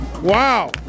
Wow